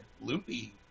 Loopy